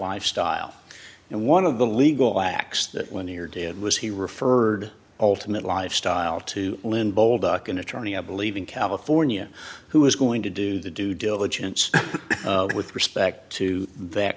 lifestyle and one of the legal acts that when your dad was he referred ultimate lifestyle to lynn bolduc an attorney i believe in california who is going to do the due diligence with respect to that